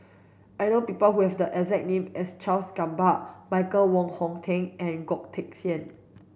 I know people who have the exact name as Charles Gamba Michael Wong Hong Teng and Goh Teck Sian